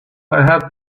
had